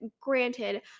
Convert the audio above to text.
granted